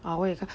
ah 我也